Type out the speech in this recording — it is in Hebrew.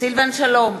סילבן שלום,